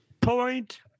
Point